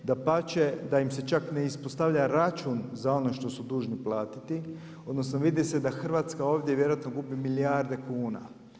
Dapače, da im se čak ne ispostavlja račun za ono što su dužni platiti, odnosno vidi se da Hrvatska ovdje vjerojatno gubi milijarde kuna.